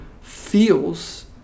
feels